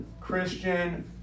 Christian